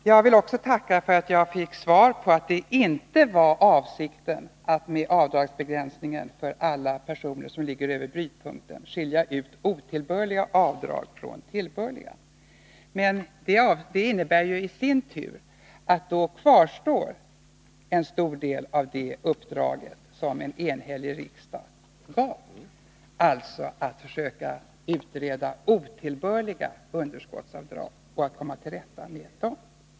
Vidare vill jag tacka för finansministerns svar, att avsikten med avdragsbegränsningen för alla personer med inkomster över den s.k. brytpunkten inte var att skilja ut otillbörliga avdrag från tillbörliga. Men det innebär i sin tur att en stor del av det uppdrag kvarstår som en enhällig riksdag beslutat om. Det gäller alltså att försöka utreda frågan om otillbörliga underskottsavdrag och hur man skall komma till rätta med dessa.